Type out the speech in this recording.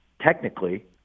technically